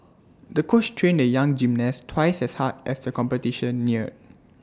the coach trained the young gymnast twice as hard as the competition neared